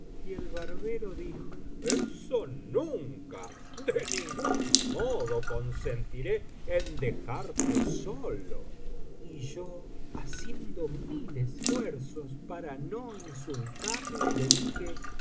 y el barbero dijo eso nunca de ningún modo consentiré en dejarte solo y yo haciendo mil esfuerzos para no insultarle le dije